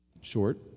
Short